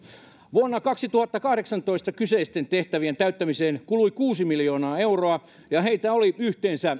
vuonna kaksituhattakahdeksantoista kyseisten tehtävien täyttämiseen kului kuusi miljoonaa euroa ja heitä oli yhteensä